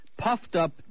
puffed-up